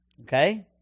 Okay